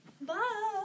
Bye